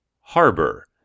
Harbor